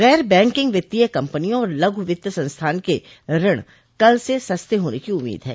गैर बैंकिंग वित्तीय कम्पनियों और लघु वित्त संस्थान के ऋण कल से सस्ते होने की उम्मीद है